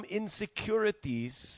insecurities